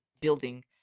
building